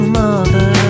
mother